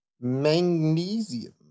magnesium